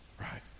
right